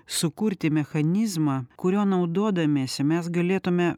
sukurti mechanizmą kuriuo naudodamiesi mes galėtume